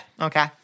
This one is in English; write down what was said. Okay